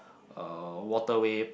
uh water way